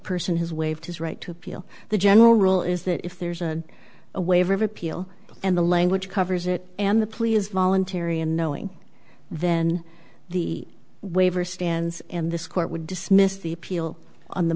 person has waived his right to appeal the general rule is that if there's a waiver of appeal and the language covers it and the plea is voluntary and knowing then the waiver stands and this court would dismiss the appeal on the